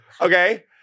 okay